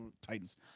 Titans